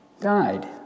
died